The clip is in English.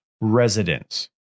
residents